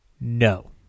No